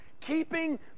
keeping